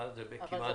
מה זה כמעט ולא?